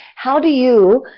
how do you,